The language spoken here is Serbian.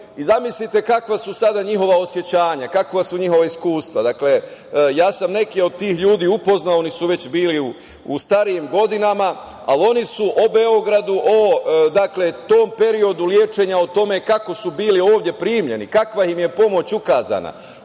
Zamislite sada kakva su njihova osećanja, kakva su njihova iskustva. Neke od tih ljudi sam upoznao, oni su već bili u starijim godinama, ali oni su o Beogradu, o tom periodu lečenja, o tome kako su bili ovde primljeni, kakva im je pomoć ukazana,